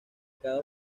cada